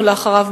ולאחריו,